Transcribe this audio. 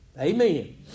Amen